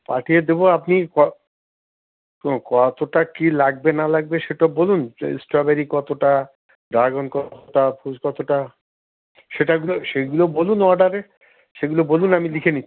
পাঠিয়ে দেবো আপনি ক ক কতোটা কী লাগবে না লাগবে সেটা বলুন এ স্ট্রবেরি কতোটা ড্রাগন কতোটা ফ্রুটস কতোটা সেটাগুলো সেইগুলো বলুন অর্ডারে সেগুলো বলুন আমি লিখে নিচ্ছি